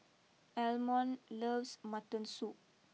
Almon loves Mutton Soup